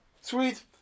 Sweet